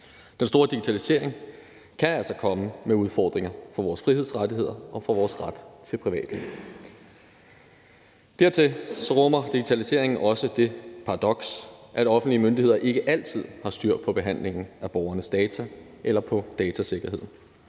Den store digitalisering kan altså komme med udfordringer for vores frihedsrettigheder og for vores ret til privatliv. Dertil rummer digitaliseringen også det paradoks, at offentlige myndigheder ikke altid har styr på behandlingen af borgernes data eller på datasikkerheden.